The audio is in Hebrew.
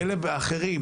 כאלה ואחרים,